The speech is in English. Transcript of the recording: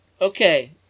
Okay